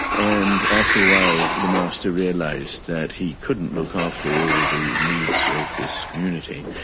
and after a while the master realised that he couldn't look after all the needs of this community,